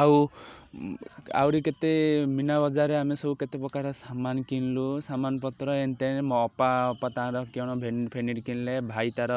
ଆଉ ଆହୁରି କେତେ ମିନା ବଜାରରେ ଆମେ ସବୁ କେତେ ପ୍ରକାର ସାମାନ କିଣିଲୁ ସାମାନ ପତ୍ର ଏନ ତେଣେ ମୋ ଅପା ଅପା ତାଙ୍କର କିଅଣ ଭ୍ୟାନିଟ୍ ଫେନିଟ୍ କିଣିଲେ ଭାଇ ତା'ର